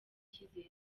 icyizere